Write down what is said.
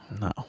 No